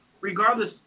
regardless